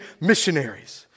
missionaries